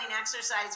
exercise